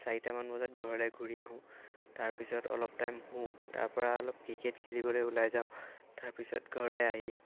চাৰিটামান বজাত ঘৰলৈ ঘূৰি আহোঁ তাৰপিছত অলপ টাইম শুওঁ তাৰপৰা অলপ ক্ৰিকেট খেলিবলৈ ওলাই যাওঁ তাৰপিছত ঘৰলৈ আহি